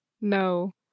No